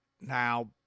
Now